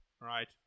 Right